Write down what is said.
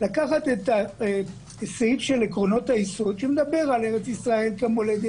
רצינו לקחת את הסעיף שמדבר על ארץ ישראל כמולדת,